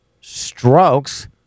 strokes